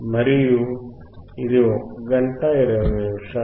మరియు ఇది 1 గంట 20 నిమిషాలు